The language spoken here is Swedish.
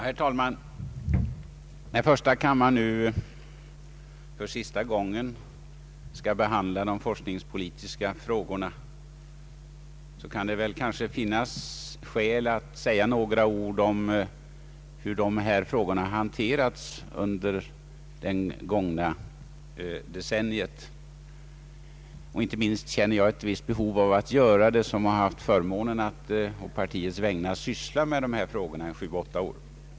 Herr talman! När första kammaren nu för sista gången skall behandla de forskningspolitiska frågorna, kan det finnas skäl att säga några ord om hur dessa frågor handlagts under det gångna decenniet. Inte minst känner jag ett behov att göra det, eftersom jag har haft förmånen att å partiets vägnar syssla med dessa frågor i sju—åtta år.